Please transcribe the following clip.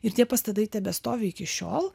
ir tie pastatai tebestovi iki šiol